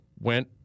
went